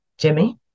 Jimmy